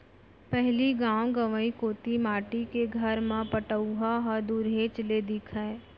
पहिली गॉव गँवई कोती माटी के घर म पटउहॉं ह दुरिहेच ले दिखय